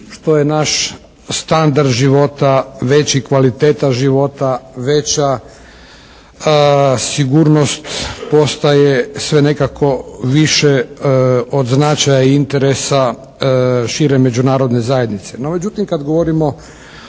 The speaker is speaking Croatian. što je naš standard života veći, kvaliteta života veća, sigurnost postaje sve nekako više od značaja i interesa šire međunarodne zajednice.